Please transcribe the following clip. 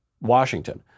Washington